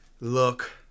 look